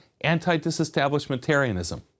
anti-disestablishmentarianism